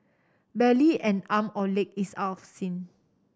barely an arm or leg is out of sync